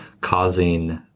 causing